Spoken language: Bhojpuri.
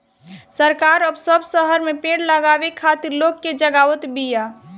सरकार अब सब शहर में पेड़ लगावे खातिर लोग के जगावत बिया